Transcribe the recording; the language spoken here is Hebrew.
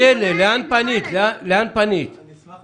פניתי